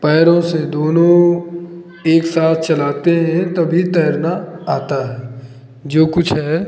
पैरों से दोनों एक साथ चलाते हैं तभी तैरना आता है जो कुछ है